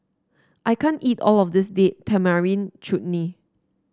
I can't eat all of this Date Tamarind Chutney